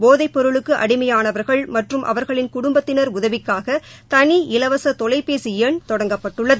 போதைப் பொருளுக்கு அடிமையானவர்கள் மற்றும் அவர்களின் குடும்பத்தினர் உதவிக்காக தனி இலவச தொலைபேசி எண் தொடங்கப்பட்டுள்ளது